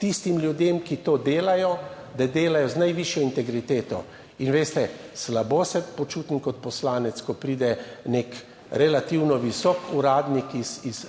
tistim ljudem, ki to delajo, da delajo z najvišjo integriteto. In veste, slabo se počutim kot poslanec, ko pride nek relativno visok uradnik iz